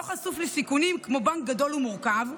לא חשוף לסיכונים כמו בנק גדול ומורכב,